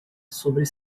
sobre